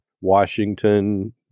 Washington